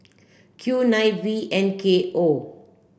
Q nine V N K O